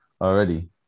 already